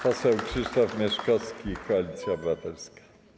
Poseł Krzysztof Mieszkowski, Koalicja Obywatelska.